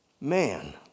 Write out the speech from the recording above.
man